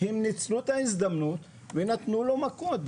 הם ניצלו את ההזדמנות ונתנו לו מכות,